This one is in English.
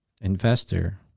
investor